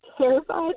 terrified